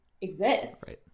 exist